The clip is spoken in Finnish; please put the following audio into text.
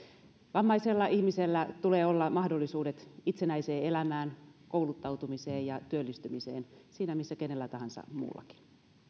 vammaisella ihmisellä tulee olla mahdollisuudet itsenäiseen elämään kouluttautumiseen ja työllistymiseen siinä missä kenellä tahansa muullakin